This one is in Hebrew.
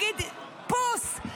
להגיד: פוס,